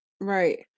Right